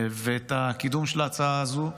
הקידום של ההצעה הזו,